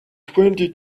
twenty